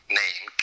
name